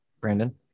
Brandon